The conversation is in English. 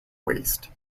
waist